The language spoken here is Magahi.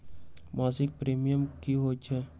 मासिक प्रीमियम की होई छई?